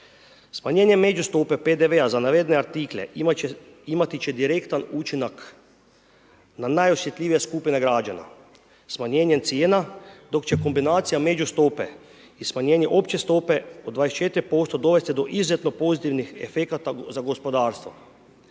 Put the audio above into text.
Smanjenje međustope PDV-a za navedene artikle, imati će direktan učinak, na najosjetljivije skupine građana, smanjenjem cijena, dok će kombinacija međustope i smanjenje opće stope od 24% dovesti do izuzetno pozitivnih efekata za gospodarstvo.